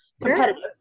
competitive